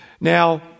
Now